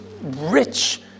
rich